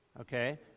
Okay